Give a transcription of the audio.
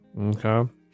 okay